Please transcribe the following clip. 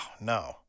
no